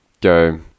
go